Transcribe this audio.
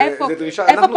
איפה פה